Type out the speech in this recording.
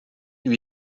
lui